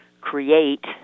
create